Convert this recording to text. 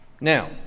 Now